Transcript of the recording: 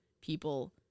people